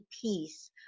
peace